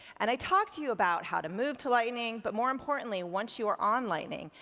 and i talked to you about how to move to lightning, but more importantly, once you are on lightning,